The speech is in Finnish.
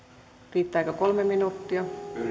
riittääkö kolme minuuttia